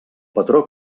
patró